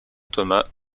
thomas